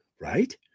right